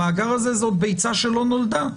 המאגר הזה הוא ביצה שלא נולדה,